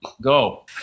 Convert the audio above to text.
go